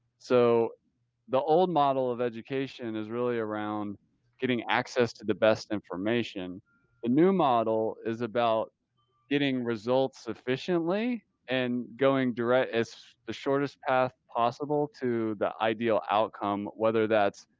so the old model of education is really around getting access to the best information. the new model is about getting results efficiently and going direct as the shortest path possible to the ideal outcome. whether that's,